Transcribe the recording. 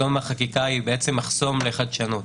פתאום החקיקה היא בעצם מחסום לחדשנות.